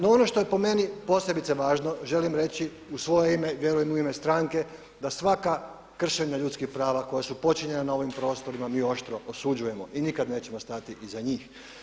No ono što je po meni posebice važno, želim reći, u svoje ime i vjerujem u ime stranke da svaka kršenja ljudskih prava koja su počinjena na ovim prostorima mi oštro osuđujemo i nikada nećemo stati iza njih.